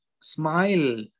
smile